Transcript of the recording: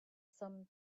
some